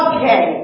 Okay